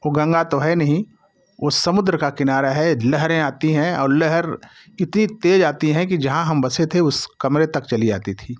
वो गंगा तो है नहीं उस समुद्र का किनारा है लहरें आती हैं और लहर कितनी तेज आती हैं कि जहाँ हम बसे थे उसे कमरे तक चली आती थी